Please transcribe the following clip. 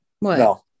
No